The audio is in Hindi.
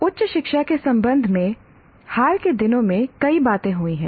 उच्च शिक्षा के संबंध में हाल के दिनों में कई बातें हुई हैं